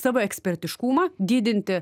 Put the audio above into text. savo ekspertiškumą didinti